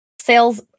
sales